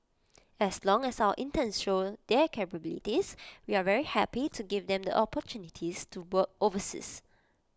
as long as our interns show their capabilities we are very happy to give them the opportunities to work overseas